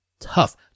tough